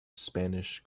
spanish